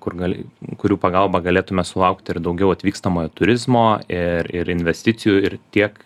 kur gali kurių pagalba galėtume sulaukti ir daugiau atvykstamojo turizmo ir ir investicijų ir tiek